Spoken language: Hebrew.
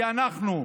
כי אנחנו,